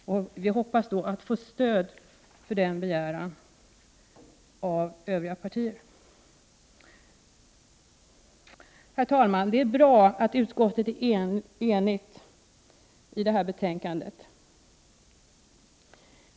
Vi hoppas då få stöd för denna begäran av övriga partier. Herr talman! Det är bra att utskottet är enigt i detta betänkande.